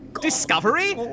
Discovery